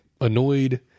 annoyed